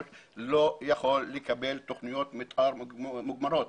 שנים אני לא יכול לקבל תוכניות מתאר מוגמרות.